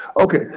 Okay